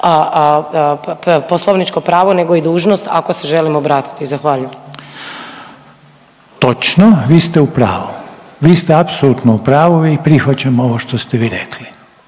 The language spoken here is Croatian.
poslovničko pravo nego i dužnost, ako se želim obratiti. Zahvaljujem. **Reiner, Željko (HDZ)** Točno. Vi ste u pravu. Vi ste apsolutno u pravu i prihvaćam ovo što ste vi rekli.